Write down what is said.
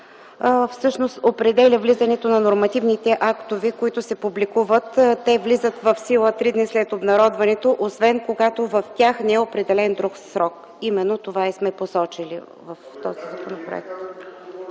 определя влизането на нормативните актове, които се публикуват. Те влизат в сила три дни след обнародването, освен когато в тях не е определен друг срок. Именно това сме посочили в този законопроект.